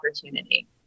opportunity